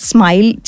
Smile